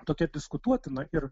tokia diskutuotina ir